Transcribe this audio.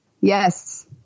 yes